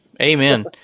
Amen